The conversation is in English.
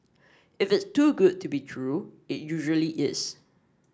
if it's too good to be true it usually is